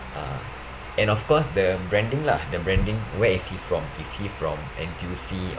uh and of course the branding lah the branding where is he from is he from N_T_U_C